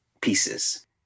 pieces